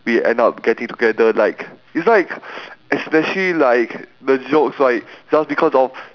we end up getting together like it's like especially like the jokes like just because of